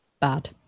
bad